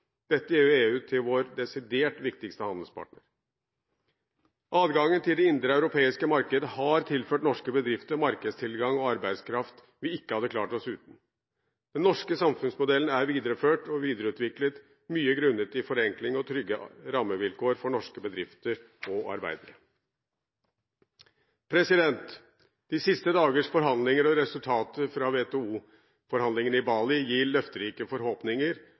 Dette gjør EU til vår desidert viktigste handelspartner. Adgangen til det indre europeiske marked har tilført norske bedrifter markedstilgang og arbeidskraft vi ikke hadde klart oss uten. Den norske samfunnsmodellen er videreført og videreutviklet, mye grunnet forenkling og tryggere rammevilkår for norske bedrifter og arbeidere. De siste dagers forhandlinger og resultater fra WTO-forhandlingene på Bali gir løfterike forhåpninger